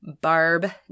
Barb